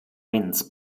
wins